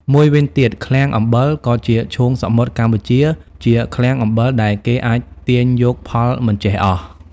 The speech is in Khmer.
មួយវិញទៀតឃ្លាំងអំបិល ក៏ជាឈូងសមុទ្រកម្ពុជាជាឃ្លាំងអំបិលដែលគេអាចទាញយកផលមិនចេះអស់។